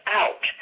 out